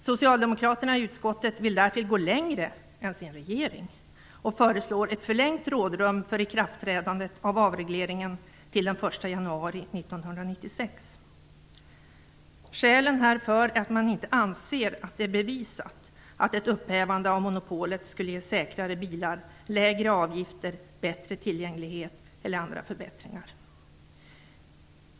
Socialdemokraterna i utskottet vill därtill gå längre än regeringen och föreslår ett förlängt rådrum för ikraftträdandet av avregleringen till den 1 januari 1996. Skälen härför är att man inte anser att det är bevisat att ett upphävande av monopolet skulle ge säkrare bilar, lägre avgifter, bättre tillgänglighet eller andra förbättringar.